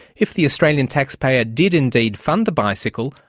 if the australian taxpayer did indeed fund the bicycle,